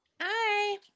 Hi